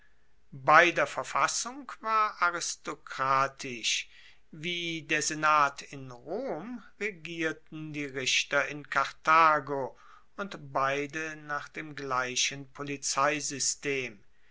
beider verfassung war aristokratisch wie der senat in rom regierten die richter in karthago und beide nach dem gleichen